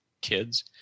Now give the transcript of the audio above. kids